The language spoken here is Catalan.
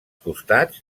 costats